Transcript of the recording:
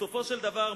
בסופו של דבר,